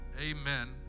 amen